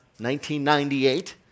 1998